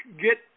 get